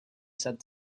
said